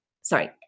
sorry